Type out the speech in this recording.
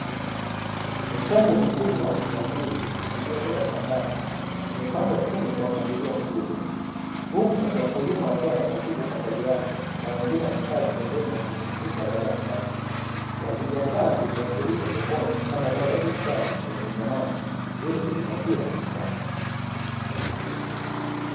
Mikungu mikubwa ya ndizi iliyotoka shambani imepangwa chini kwa mpangilio mzuri huku wakulima wakiwa na taratibu upangaji wake na wengine wamekaa pembeni ya kumbuka baada ya kazi wakijiandaa kuisafirisha sokoni kama zao la biashara lenye thamani ili kujipatia kipato.